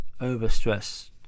overstress